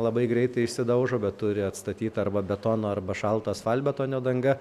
labai greitai išsidaužo bet turi atstatyt arba betono arba šalto asfaltbetonio danga